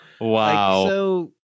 Wow